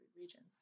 regions